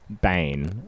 Bane